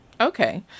Okay